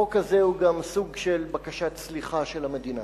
החוק הזה הוא גם סוג של בקשת סליחה של המדינה.